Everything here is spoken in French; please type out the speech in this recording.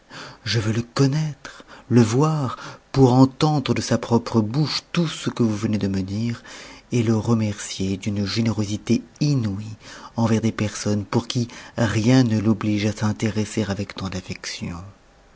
je veux le connaître le voir pour entendre de sa propre bouche tout ce que vous venez de me dire et le remercier d'une générosité inouïe envers des personnes pour qui rien ne l'oblige à s'intéresser avec tant